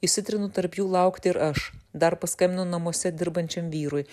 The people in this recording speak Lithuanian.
įsitrinu tarp jų laukt ir aš dar paskambinu namuose dirbančiam vyrui